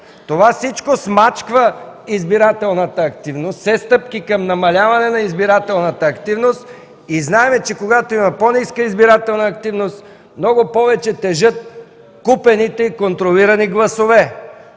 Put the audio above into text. това смачква избирателната активност, все стъпки към намаляване на избирателната активност. Знаем, че когато има по-ниска избирателна активност, много повече тежат купените и контролирани гласове.